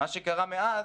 מה שקרה מאז,